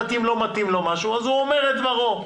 המשפטים לא מתאים משהו אז הוא אומר את דברו.